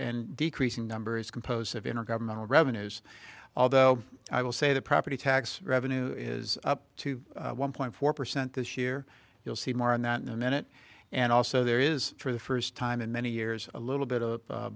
in decreasing number is composed of intergovernmental revenues although i will say the property tax revenue is up to one point four percent this year you'll see more on that and then it and also there is for the first time in many years a little bit of a